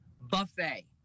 buffet